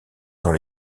dans